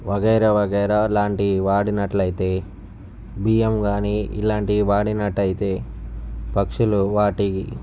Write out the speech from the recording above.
వగైరా వగైరా లాంటివి వాడినట్లయితే బియ్యం గానీ ఇలాంటివి వాడినట్టయితే పక్షులు వాటి